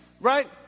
right